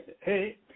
Hey